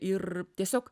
ir tiesiog